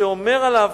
שאומר עליו,